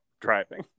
driving